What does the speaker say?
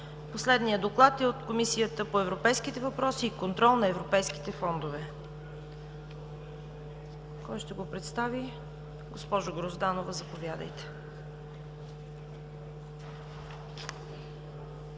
Последният доклад е от Комисията по европейските въпроси и контрол на европейските фондове. Ще го представи госпожа Грозданова. Заповядайте.